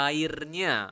Airnya